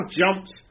jumped